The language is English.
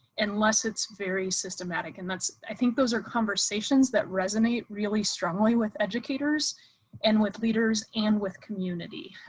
unless it's very systematic. and that's i think those are conversations that resonate really strongly with educators and with leaders and with community.